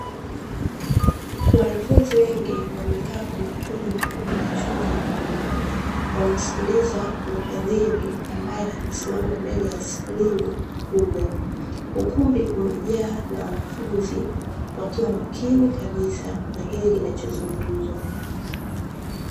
Wanafunzi wengi wamekaa kwenye ukumbi mkubwa wa chuo kikuu, wanasikiliza mhadhiri ambaye amesimama mbele ya skrini kubwa. Ukumbi umejaa na wanafunzi wakiwa makini kabisa na kile kinachozungumzwa.